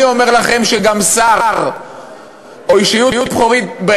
אני אומר לכם שגם שר או אישיות בכירה,